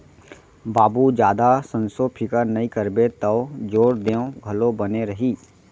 बाबू जादा संसो फिकर नइ करबे तौ जोर देंव घलौ बने रही